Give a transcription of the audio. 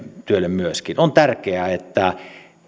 myöskin niin on tärkeää että